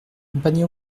compagnie